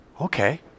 Okay